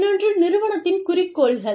இன்னொன்று நிறுவனத்தின் குறிக்கோள்கள்